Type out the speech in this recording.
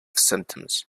symptoms